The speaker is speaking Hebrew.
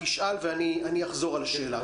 תשאל ואני אחזור על השאלה,